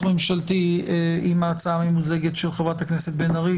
ממשלתי עם ההצעה הממוזגת של חה"כ בן ארי,